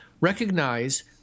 recognize